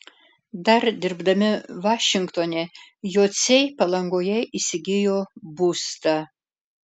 dar dirbdami vašingtone jociai palangoje įsigijo būstą